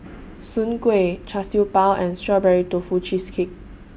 Soon Kuih Char Siew Bao and Strawberry Tofu Cheesecake